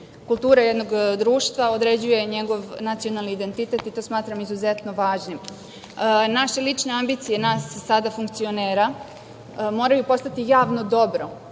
Kultura jednog društva određuje njegov nacionalni identitet i to smatram izuzetno važnim. Naša lična ambicija nas, sada funkcionera moraju postati javno dobro,